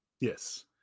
yes